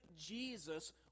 Jesus